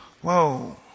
whoa